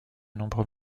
nombreux